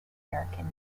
american